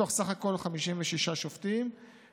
מתוך 56 שופטים בסך הכול.